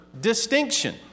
Distinction